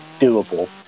doable